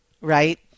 Right